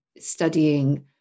studying